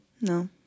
No